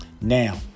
Now